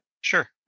Sure